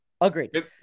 agreed